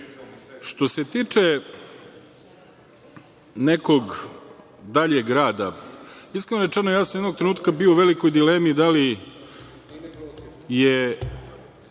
se tiče nekog daljeg rada, iskreno rečeno, ja sam jednog trenutka bio u velikoj dilemi da li je